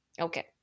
Okay